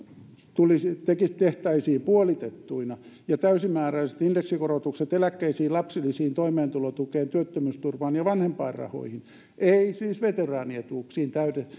tehtäisiin puolitettuina ja täysimääräiset indeksikorotukset eläkkeisiin lapsilisiin toimeentulotukeen työttömyysturvaan ja vanhempainrahoihin ei siis veteraanietuuksiin